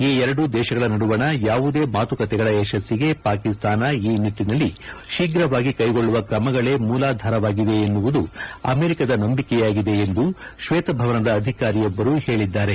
ಈ ಎರಡೂ ದೇಶಗಳ ನಡುವಣ ಯಾವುದೇ ಮಾತುಕತೆಗಳ ಯಶಸ್ಸಿಗೆ ಪಾಕಿಸ್ತಾನ ಈ ನಿಟ್ಟಿನಲ್ಲಿ ಶೀಘವಾಗಿ ಕೈಗೊಳ್ಳುವ ಕ್ರಮಗಳೇ ಮೂಲಾಧಾರವಾಗಿವೆ ಎನ್ನುವುದು ಅಮೆರಿಕದ ನಂಬಿಕೆಯಾಗಿದೆ ಎಂದು ಶ್ವೇತಭವನದ ಅಧಿಕಾರಿಯೊಬ್ಬರು ಹೇಳಿದ್ದಾರೆ